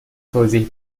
توضیح